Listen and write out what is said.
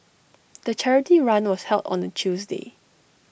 the charity run was held on A Tuesday